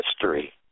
history